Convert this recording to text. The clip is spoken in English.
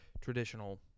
traditional